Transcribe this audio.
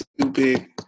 stupid